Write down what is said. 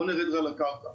בואו נרד רגע לקרקע.